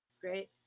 great